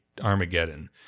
Armageddon